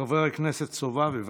חבר הכנסת סובה, בבקשה.